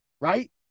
right